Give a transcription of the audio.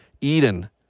Eden